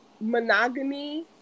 monogamy